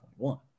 2021